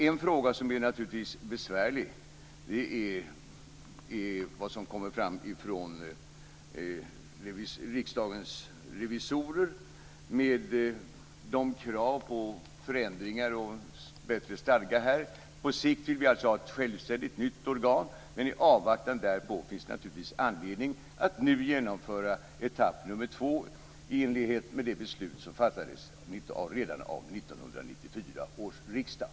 En fråga som naturligtvis är besvärlig är vad som kommer fram från Riksdagens revisorer med krav på förändringar och bättre stadga. På sikt vill vi alltså ha ett självständigt, nytt organ, men i avvaktan därpå finns det naturligtvis anledning att nu genomföra etapp nr 2 i enlighet med det beslut som fattades redan av 1994 års riksdag.